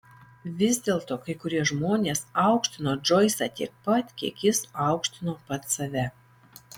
vis dėlto kai kurie žmonės aukštino džoisą tiek pat kiek jis aukštino pats save